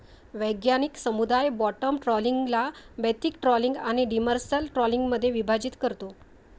वैज्ञानिक समुदाय बॉटम ट्रॉलिंगला बेंथिक ट्रॉलिंग आणि डिमर्सल ट्रॉलिंगमध्ये विभाजित करतो